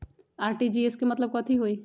RTGS के मतलब कथी होइ?